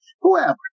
whoever